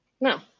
No